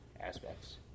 aspects